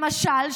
למשל,